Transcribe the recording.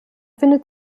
findet